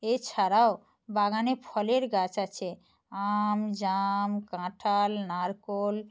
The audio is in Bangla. এছাড়াও বাগানে ফলের গাছ আছে আম জাম কাঁঠাল নারকোল